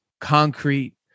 concrete